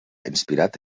inspirat